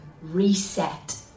Reset